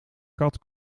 kat